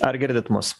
ar girdit mus